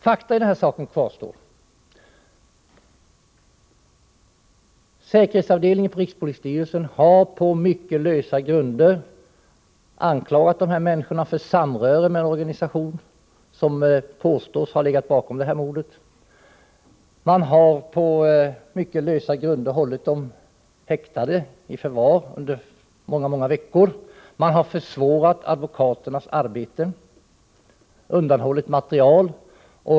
Fakta i denna sak kvarstår: Säkerhetsavdelningen på rikspolisstyrelsen har på mycket lösa grunder anklagat dessa människor för samröre med en organisation som påstås ha legat bakom mordet i Uppsala, Man har på mycket lösa grunder hållit dem i förvar, häktade, i många veckor. Man har försvårat advokaternas arbete. Man har undanhållit material.